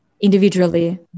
individually